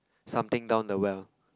something down the well